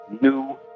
new